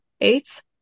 Eights